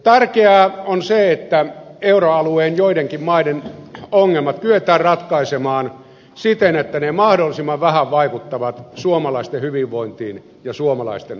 tärkeää on se että euroalueen joidenkin maiden ongelmat kyetään ratkaisemaan siten että ne mahdollisimman vähän vaikuttavat suomalaisten hyvinvointiin ja suomalaisten arkeen